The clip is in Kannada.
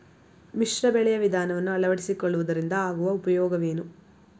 ಮಿಶ್ರ ಬೆಳೆಯ ವಿಧಾನವನ್ನು ಆಳವಡಿಸಿಕೊಳ್ಳುವುದರಿಂದ ಆಗುವ ಉಪಯೋಗವೇನು?